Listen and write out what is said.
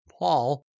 Paul